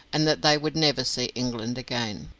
and that they would never see england again.